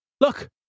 look